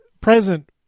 present